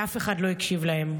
ואף אחד לא הקשיב להן.